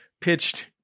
pitched